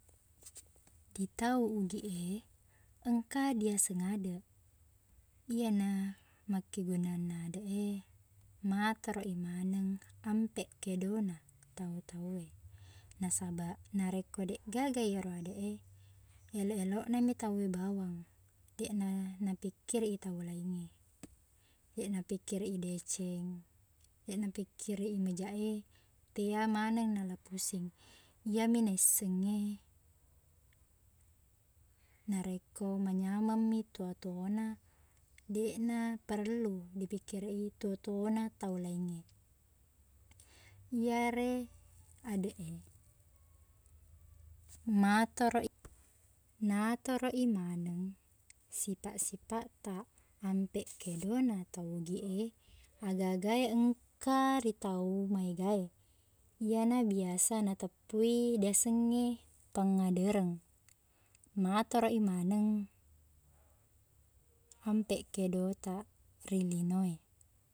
Di tau Ogiq e, engka diaseng adeq. Iyena makkegunanna adeq e, matoroi maneng ampeq kedona tau tau e. Nasabaq, narekko deqgaga ero adeq e, eloq-eloqna mi tauwe bawang, deqna napikkiriq tau laingnge. Deqna pikkiriq i deceng, deqna pikkiriq i majaq e, tea maneng nala pusing. Iyemi naissengnge narekko manyamengmi tuo-tuona, deqna parellu dipikkiriq i tuo-tuona tau laingnge. Iyare adeq e, matoroq i- natoroq i maneng sipaq-sipaqtaq, ampeq kedona tau Ogiq e, aga-aga engka ri tau maega e. Iyena biasa nateppui diasengnge pangngadereng. Matoroq i maneng ampeq kedotaq ri lino e.